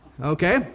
okay